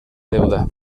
deuda